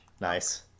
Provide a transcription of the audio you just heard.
Nice